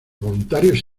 voluntarios